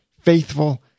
faithful